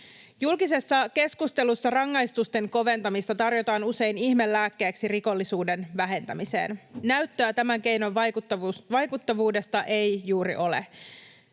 Julkisessa keskustelussa rangaistusten koventamista tarjotaan usein ihmelääkkeeksi rikollisuuden vähentämiseen. Näyttöä tämän keinon vaikuttavuudesta ei juuri ole.